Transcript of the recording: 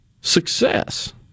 success